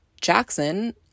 Jackson